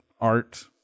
art